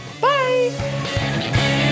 Bye